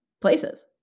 places